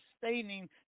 sustaining